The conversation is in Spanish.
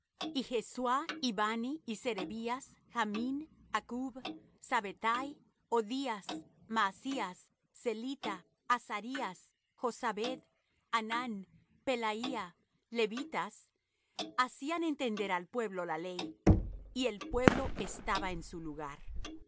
y jesuá y bani y serebías jamín accub sabethai odías maasías celita azarías jozabed hanán pelaía levitas hacían entender al pueblo la ley y el pueblo estaba en su lugar y